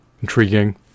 intriguing